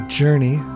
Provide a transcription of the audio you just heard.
journey